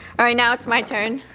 all right now it's my turn,